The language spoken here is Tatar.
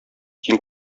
киң